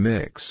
Mix